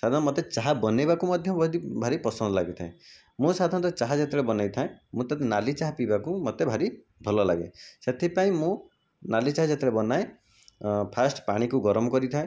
ସାଧାରଣ ମୋତେ ଚାହା ବନାଇବାକୁ ମଧ୍ୟ ଭାରି ପସନ୍ଦ ଲାଗିଥାଏ ମୁଁ ସାଧାରଣତଃ ଚାହା ଯେତେବେଳେ ବନାଇଥାଏ ମୋତେ ନାଲି ଚାହା ପିଇବାକୁ ମୋତେ ଭାରି ଭଲ ଲାଗେ ସେଥିପାଇଁ ମୁଁ ନାଲି ଚାହା ଯେତେବେଳେ ବନାଏ ଫାଷ୍ଟ ପାଣିକୁ ଗରମ କରିଥାଏ